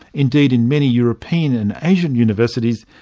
indeed, in many european and asian universities,